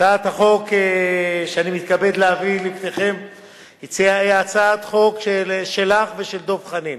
הצעת החוק שאני מתכבד להביא לפניכם היא הצעת חוק שלך ושל דב חנין.